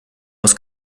aus